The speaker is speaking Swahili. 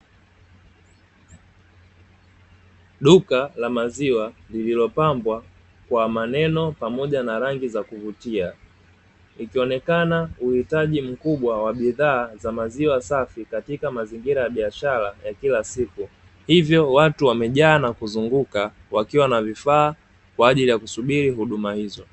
Duka la maziwa lililopambwa kwa maneno, pamoja na rangi za kuvutia, ikionekana uhitaji mkubwa wa bidhaa za maziwa safi katika mazingira ya biashara ya kila siku, hivyo watu wamejaa na kuzunguka wakiwa na vifaa kwa ajili ya kusubiri huduma hizo.